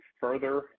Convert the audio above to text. further